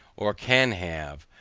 or can have,